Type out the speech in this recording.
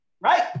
Right